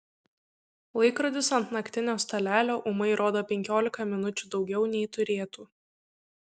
laikrodis ant naktinio stalelio ūmai rodo penkiolika minučių daugiau nei turėtų